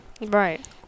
Right